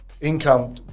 income